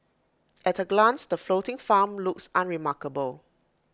at A glance the floating farm looks unremarkable